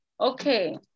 Okay